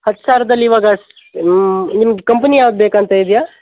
ಹತ್ತು ಸಾವಿರದಲ್ಲಿ ಇವಾಗ ನಿಮ್ದು ಕಂಪ್ನಿ ಯಾವ್ದು ಬೇಕೂಂತ ಇದೆಯಾ